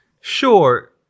Sure